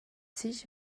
sich